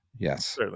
yes